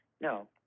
No